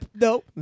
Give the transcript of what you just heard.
Nope